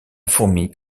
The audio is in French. fourni